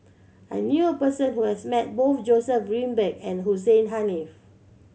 I knew a person who has met both Joseph Grimberg and Hussein Haniff